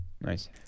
nice